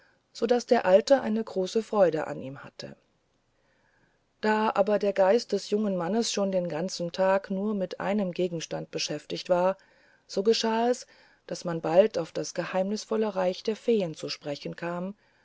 so daß der alte eine große freude an ihm hatte da aber der geist des jungen mannes schon den ganzen tag nur mit einem gegenstand beschäftigt war so geschah es daß man bald auf das geheimnisvolle reich der feen zu sprechen kam